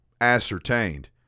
ascertained